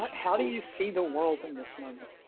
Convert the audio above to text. how do you see the world in this moment.